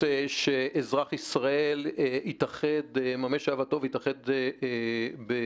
כך שאזרח ישראל יממש את אהבתו ויתאחד באזור?